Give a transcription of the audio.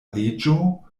leĝo